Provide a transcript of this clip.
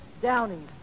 Downing